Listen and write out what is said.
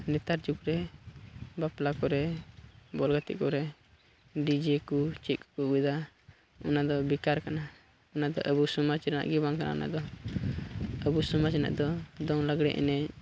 ᱱᱮᱛᱟᱨ ᱡᱩᱜᱽ ᱨᱮ ᱵᱟᱯᱞᱟ ᱠᱚᱨᱮ ᱵᱚᱞ ᱜᱟᱛᱮᱜ ᱠᱚᱨᱮ ᱰᱤᱡᱮ ᱠᱚ ᱪᱮᱫ ᱠᱚᱠᱚ ᱟᱹᱜᱩᱭᱫᱟ ᱚᱱᱟᱫᱚ ᱵᱮᱠᱟᱨ ᱠᱟᱱᱟ ᱚᱱᱟᱫᱚ ᱟᱵᱚ ᱥᱚᱢᱟᱡᱽ ᱨᱮᱱᱟᱜ ᱜᱮ ᱵᱟᱝ ᱠᱟᱱᱟ ᱚᱱᱟᱫᱚ ᱟᱵᱚ ᱥᱚᱢᱟᱡᱽ ᱨᱮᱱᱟᱜ ᱫᱚ ᱫᱚᱝ ᱞᱟᱜᱽᱬᱮ ᱮᱱᱮᱡ